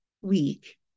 week